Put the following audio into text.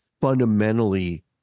fundamentally